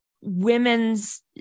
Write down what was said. women's